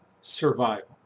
Survival